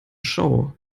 show